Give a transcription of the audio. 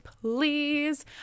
please